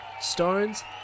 Stones